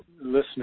listeners